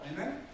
Amen